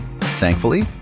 Thankfully